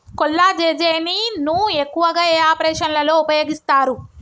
కొల్లాజెజేని ను ఎక్కువగా ఏ ఆపరేషన్లలో ఉపయోగిస్తారు?